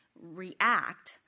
react